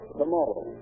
tomorrow